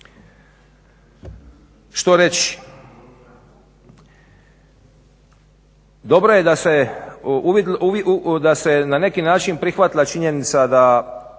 Što reći?